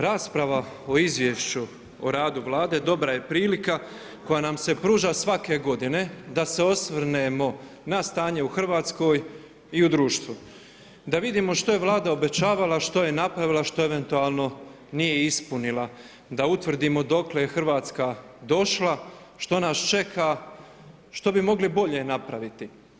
Rasprava o izvješću o radu vlade, dobra je prilika koja se pruža svake g. da se osvrnemo na stanje u Hrvatskoj i u društvu, da vidimo što je vlada obećavala, što je napravila, što eventualno nije ispunila, da utvrdimo dokle je Hrvatska došla, što nas čeka, što bi mogli bolje napraviti.